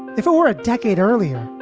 if it were a decade earlier,